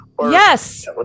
Yes